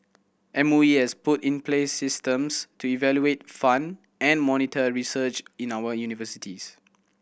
M O E has put in place systems to evaluate fund and monitor research in our universities